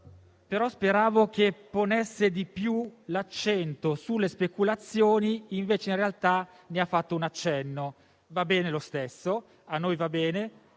ma speravo che ponesse di più l'accento sulle speculazioni. Invece, in realtà vi ha fatto solo un accenno. Va bene lo stesso. A noi va bene,